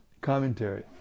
Commentary